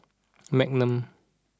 Magnum